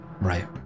Right